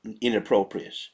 inappropriate